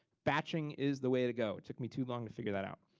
batching is the way to go. it took me too long to figure that out.